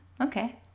Okay